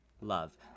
love